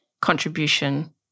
contribution